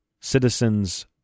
citizens